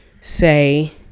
say